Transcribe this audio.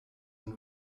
and